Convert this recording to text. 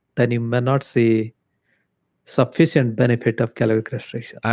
then you may not see sufficient benefit of caloric restriction. i